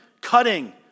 cutting